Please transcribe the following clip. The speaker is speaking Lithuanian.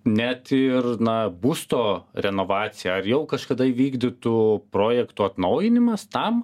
net ir na būsto renovacija ar jau kažkada įvykdytų projektų atnaujinimas tam